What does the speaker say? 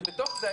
כשבתוך זה,